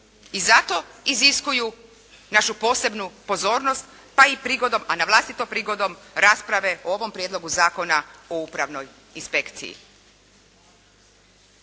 i zato iziskuju našu posebnu pozornost, pa i prigodom, a na vlastito prigodom rasprave o ovom Prijedlogu zakona o upravnoj inspekciji.